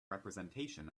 representation